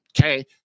Okay